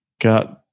got